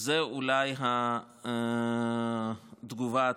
זה אולי התגובה עצמה.